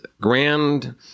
grand